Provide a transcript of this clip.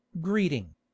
greeting